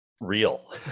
real